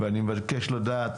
אני מבקש לדעת